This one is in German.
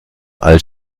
als